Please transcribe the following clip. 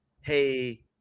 hey –